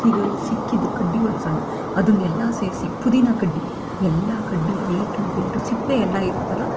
ಸಿಗೋ ಸಿಕ್ಕಿದ್ದು ಕಡ್ಡಿಗಳು ಸಣ್ಣ ಅದನ್ನೆಲ್ಲ ಸೇರಿಸಿ ಪುದೀನ ಕಡ್ಡಿ ಎಲ್ಲ ಕಡ್ಡಿ ಏ ಟು ಝೆಡ್ಡು ಸಿಪ್ಪೆಯೆಲ್ಲ ಇರುತ್ತಲ್ಲ